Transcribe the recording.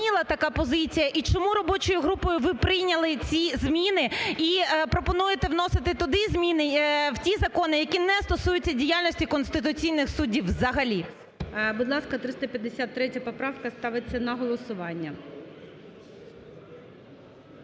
Будь ласка, 354 поправка ставиться на голосування.